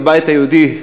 הבית היהודי,